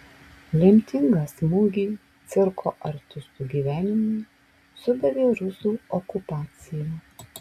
lemtingą smūgį cirko artistų gyvenimui sudavė rusų okupacija